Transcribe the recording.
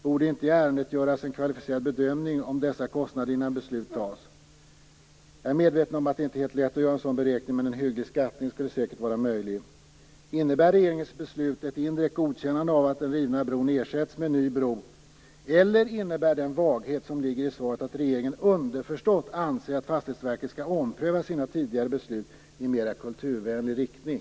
Borde det inte i ärendet göras en kvalificerad bedömning av dessa kostnader innan beslut fattas? Jag är medveten om att det inte är helt lätt att göra en sådan beräkning, men en hygglig skattning skulle säkert vara möjlig. Innebär regeringens beslut ett indirekt godkännande av att den rivna bron ersätts med en ny bro, eller innebär den vaghet som ligger i svaret att regeringen underförstått anser att Fastighetsverket skall ompröva sina tidigare beslut i mera kulturvänlig riktning?